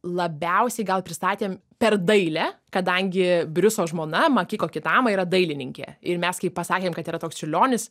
labiausiai gal pristatėm per dailę kadangi briuso žmona makiko kitama yra dailininkė ir mes kai pasakėm kad yra toks čiurlionis